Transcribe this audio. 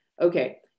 okay